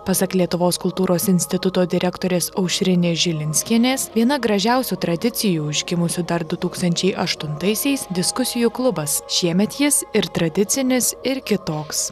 pasak lietuvos kultūros instituto direktorės aušrinės žilinskienės viena gražiausių tradicijų užgimusių dar du tūkstančiai aštuntaisiais diskusijų klubas šiemet jis ir tradicinis ir kitoks